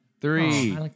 Three